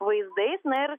vaizdais na ir